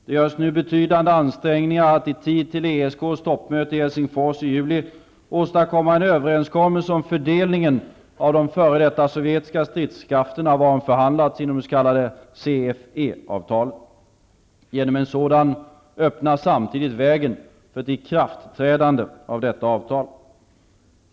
Det görs nu betydande ansträngningar att i tid till ESK:s toppmöte i Helsingfors i juli åstadkomma en överenskommelse om fördelningen av de f.d. sovjetiska stridskrafterna, varom förhandlats inom det s.k. CFE-avtalet. Genom en sådan öppnas samtidigt vägen för ett ikraftträdande av detta avtal.